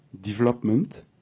development